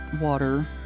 water